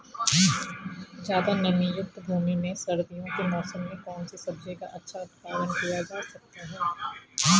ज़्यादा नमीयुक्त भूमि में सर्दियों के मौसम में कौन सी सब्जी का अच्छा उत्पादन किया जा सकता है?